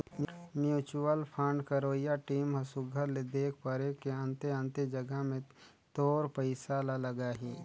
mutual fund करवइया team ह सुग्घर ले देख परेख के अन्ते अन्ते जगहा में तोर पइसा ल लगाहीं